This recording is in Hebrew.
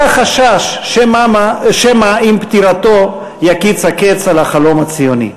החשש שמא עם פטירתו יקיץ הקץ על החלום הציוני.